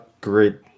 great